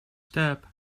step